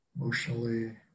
emotionally